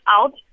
out